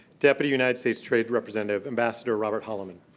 deputy united states trade representative, ambassador robert holleyman.